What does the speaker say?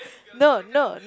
no no